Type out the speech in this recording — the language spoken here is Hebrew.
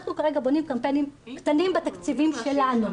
אנחנו כרגע בונים קמפיינים קטנים בתקציבים שלנו.